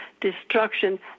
Destruction